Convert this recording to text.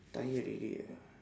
tired already ah